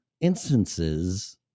instances